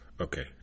Okay